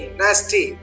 nasty